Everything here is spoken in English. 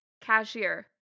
Cashier